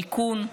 מיכון,